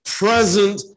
present